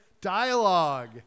dialogue